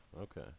okay